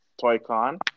Toy-Con